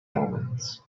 omens